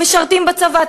משרתים בצבא,